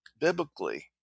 biblically